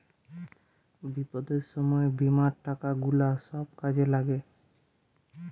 বিপদের সময় বীমার টাকা গুলা সব কাজে লাগে